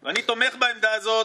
תודה, חבר הכנסת ג'אבר עסאקלה.